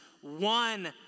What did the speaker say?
one